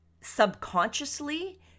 subconsciously